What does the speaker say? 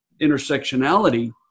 intersectionality